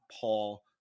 Paul